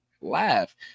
laugh